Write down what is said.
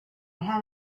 had